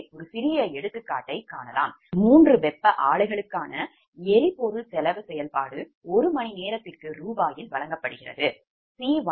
எனவே ஒரு சிறிய எடுத்துக்காட்டை காணலாம்மூன்று வெப்ப ஆலைகளுக்கான எரிபொருள் செலவு செயல்பாடு ஒரு மணி நேரத்திற்கு ரூபாயில் வழங்கப்படுகிறது